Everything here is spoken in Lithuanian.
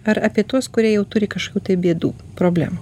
ar apie tuos kurie jau turi kažkokių tai bėdų problemų